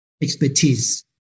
expertise